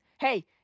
Hey